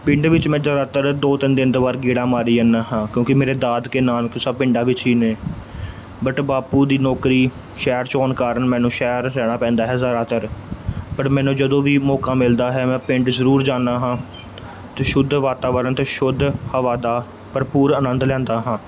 ਪਿੰਡ ਵਿੱਚ ਮੈਂ ਜ਼ਿਆਦਾਤਰ ਦੋ ਤਿੰਨ ਦਿਨ ਤੋਂ ਬਾਅਦ ਗੇੜਾ ਮਾਰੀ ਜਾਂਦਾ ਹਾਂ ਕਿਉਂਕਿ ਮੇਰੇ ਦਾਦਕੇ ਨਾਨਕੇ ਸਭ ਪਿੰਡਾਂ ਵਿੱਚ ਹੀ ਨੇ ਬਟ ਬਾਪੂ ਦੀ ਨੌਕਰੀ ਸ਼ਹਿਰ 'ਚ ਹੋਣ ਕਾਰਨ ਮੈਨੂੰ ਸ਼ਹਿਰ 'ਚ ਰਹਿਣਾ ਪੈਂਦਾ ਹੈ ਜ਼ਿਆਦਾਤਰ ਬਟ ਮੈਨੂੰ ਜਦੋਂ ਵੀ ਮੌਕਾ ਮਿਲਦਾ ਹੈ ਮੈਂ ਪਿੰਡ ਜ਼ਰੂਰ ਜਾਂਦਾ ਹਾਂ ਅਤੇ ਸ਼ੁੱਧ ਵਾਤਾਵਰਨ ਅਤੇ ਸ਼ੁੱਧ ਹਵਾ ਦਾ ਭਰਪੂਰ ਆਨੰਦ ਲੈਂਦਾ ਹਾਂ